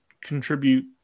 contribute